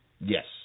Yes